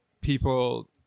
people